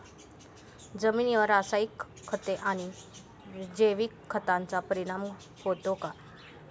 जमिनीवर रासायनिक खते आणि जैविक खतांचा परिणाम होतो का?